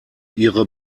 ihre